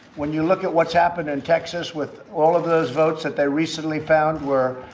when you look at what's happened in texas with all of those votes that they recently found were